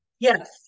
Yes